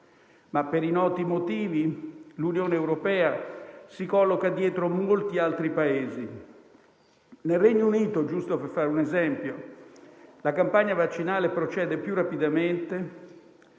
ma per i noti motivi l'Unione europea si colloca dietro a molti altri Paesi. Nel Regno Unito, giusto per fare un esempio, la campagna vaccinale procede più rapidamente,